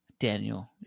Daniel